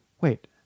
wait